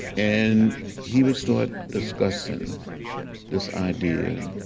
and he would start discussing this idea